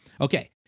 Okay